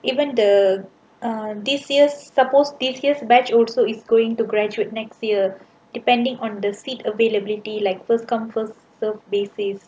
even the err this year supposed this year batch also is going to graduate next year depending on the seat availability like first come first serve basis